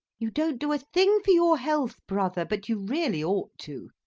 you don't do a thing for your health, brother, but you really ought to.